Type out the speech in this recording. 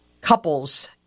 couples